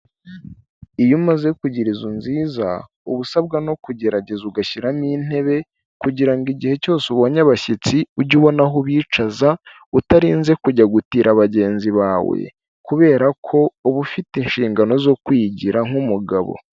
Iyo umaze kugira inzu nziza uba usabwa no kugerageza ugashyiramo intebe kugira ngo igihe cyose ubonye abashyitsi ujye ubona aho ubicaza, utarinze kujya gutira bagenzi bawe kubera ko uba ufite inshingano zo kwigira nk'umugabo.